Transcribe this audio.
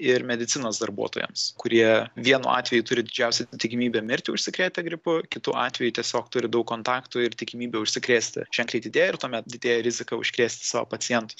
ir medicinos darbuotojams kurie vienu atveju turi didžiausią tikimybę mirti užsikrėtę gripu kitu atveju tiesiog turi daug kontaktų ir tikimybė užsikrėsti ženkliai didėja ir tuomet didėja rizika užkrėsti savo pacientus